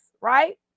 right